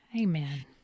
Amen